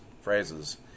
phrases